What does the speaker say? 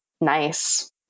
nice